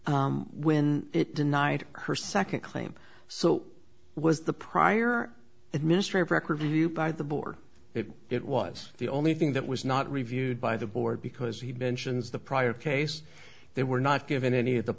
claim when it denied her second claim so was the prior administration record view by the board that it was the only thing that was not reviewed by the board because he mentions the prior case they were not given any of the